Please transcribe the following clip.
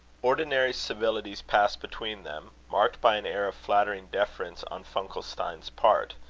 ordinary civilities passed between them, marked by an air of flattering deference on funkelstein's part,